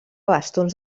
bastons